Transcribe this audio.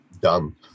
done